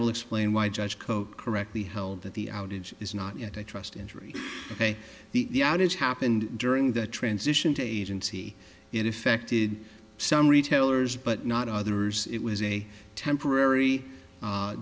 will explain why judge koch correctly held that the outage is not yet i trust injury ok the outage happened during the transition to agency it affected some retailers but not others it was a temporary